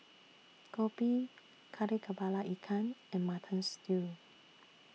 Kopi Kari Kepala Ikan and Mutton Stew